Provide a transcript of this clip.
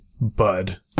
bud